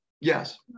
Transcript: yes